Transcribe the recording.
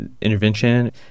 intervention